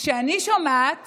כשאני שומעת